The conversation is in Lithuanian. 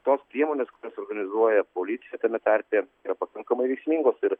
tos priemonės kurias organizuoja policija tame tarpe ir yra pakankamai veiksmingos ir